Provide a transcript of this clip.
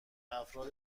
افراد